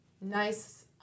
nice